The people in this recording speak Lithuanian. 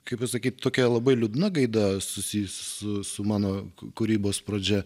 kaip pasakyt tokia labai liūdna gaida susijusi su mano kūrybos pradžia